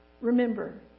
remember